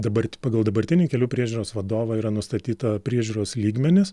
dabart pagal dabartinį kelių priežiūros vadovą yra nustatyta priežiūros lygmenys